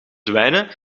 zwijnen